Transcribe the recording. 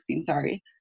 sorry